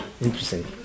Interesting